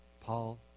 Paul